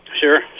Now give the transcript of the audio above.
Sure